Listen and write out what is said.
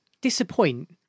disappoint